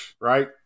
Right